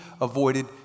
avoided